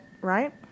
right